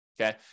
okay